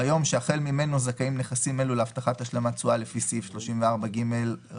ביום שהחל ממנו זכאים נכסים אלו להבטחת השלמת תשואה לפי סעיף 34ג(ב),